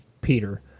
peter